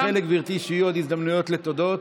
אני מאחל לגברתי שיהיו עוד הזדמנויות לתודות.